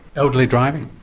elderly driving?